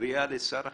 קריאה לשר החינוך,